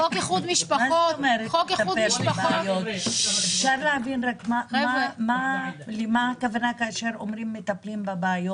חוק איחוד משפחות נפל לצערי הרב כי האופוזיציה הצביעה נגד.